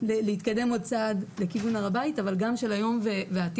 להתקדם עוד צער לכיוון הר הבית אבל גם של היום והעתיד,